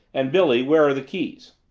and billy where are the keys?